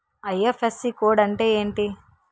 IFSC code అంటే ఏంటి?